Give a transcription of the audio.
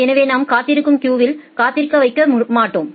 எனவே நாம் காத்திருக்கும் கியூவில் காத்திருக்க வைக்க மாட்டோம்